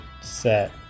set